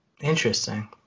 Interesting